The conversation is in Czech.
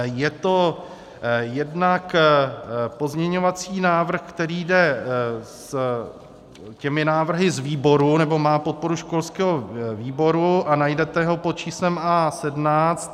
Je to jednak pozměňovací návrh, který jde s těmi návrhy z výboru, nebo má podporu školského výboru, a najdete ho pod číslem A17.